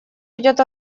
идет